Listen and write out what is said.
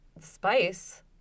spice